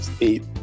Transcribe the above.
eight